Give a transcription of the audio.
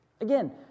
Again